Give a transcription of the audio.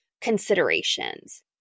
considerations